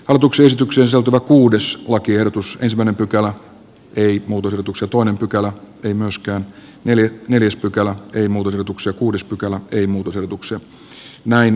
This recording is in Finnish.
hallituksen esitykseen sopiva kuudes lakiehdotus venepykälää ei muutosehdotuksen toinen pykälä ei myöskään eli neljäs pykälä ei muutu sijoitukset kuudes pykälä ei nyt käsitellään muutosehdotukset